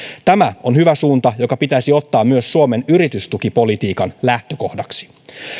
tämä on hyvä suunta joka pitäisi ottaa myös suomen yritystukipolitiikan lähtökohdaksi